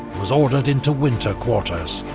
was ordered into winter quarters,